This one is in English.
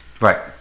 Right